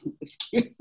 excuse